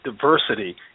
diversity